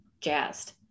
jazzed